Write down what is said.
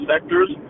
sectors